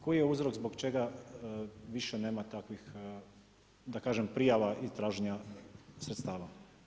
Koji je uzrok zbog čega više nema takvih da kažem prijava i traženja sredstava?